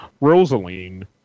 Rosaline